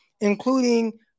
including